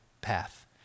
path